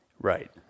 Right